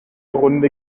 runde